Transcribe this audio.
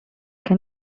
can